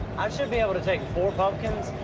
i should be able to take four pumpkins,